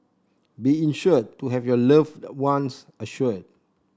be insured to have your loved ones assured